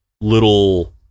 little